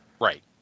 Right